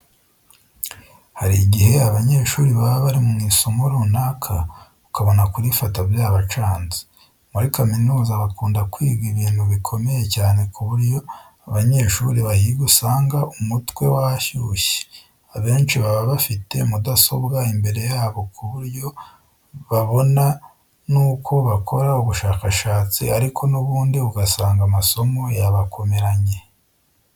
Hari igihe abanyeshuri baba bari mu isomo runaka ukabona kurifata byabacanze. Muri kaminuza bakunda kwiga ibintu bikomeye cyane ku buryo abanyeshuri bahiga usanga umutwe washyushye. Abenshi baba bafite mudasobwa imbere yabo ku buryo babona n'uko bakora ubushakashatsi ariko n'ubundi ugasanga amasomo yabakomeranye.